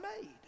made